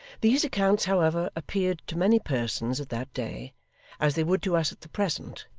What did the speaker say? these accounts, however, appeared, to many persons at that day as they would to us at the present,